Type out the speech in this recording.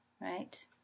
right